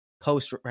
post